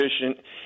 efficient